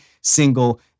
single